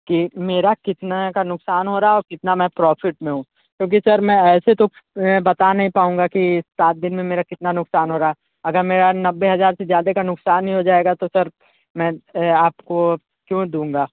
की मेरा कितने का नुकसान हो रहा है और कितना मैं प्रॉफिट में हूँ क्योंकि सर ऐसे तो बता नहीं पाऊंगा की सात दिन में मेरा कितना नुकसान हो रहा है अगर मेरा नब्बे हजार से ज़्यादा का नुकसान ही हो जाएगा तो सर मैं आपको क्यों दूँगा